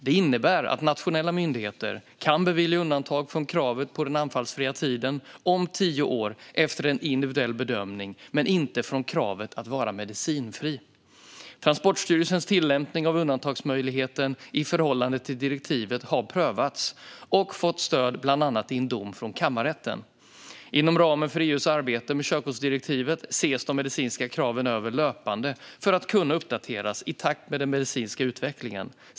Det innebär att nationella myndigheter kan bevilja undantag från kravet på den anfallsfria tiden om tio år efter en individuell bedömning, men inte från kravet att vara medicinfri. Transportstyrelsens tillämpning av undantagsmöjligheten i förhållande till direktivet har prövats och fått stöd bland annat i en dom från kammarrätten. Inom ramen för EU:s arbete med körkortsdirektivet ses de medicinska kraven över löpande för att kunna uppdateras i takt med den medicinska utvecklingen.